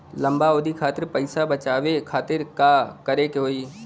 लंबा अवधि खातिर पैसा बचावे खातिर का करे के होयी?